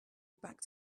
back